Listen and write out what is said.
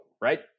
right